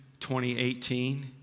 2018